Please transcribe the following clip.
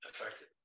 affected